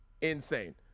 insane